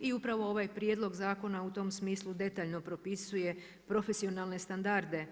I upravo ovaj prijedlog zakona u tom smislu detaljno propisuje profesionalne standarde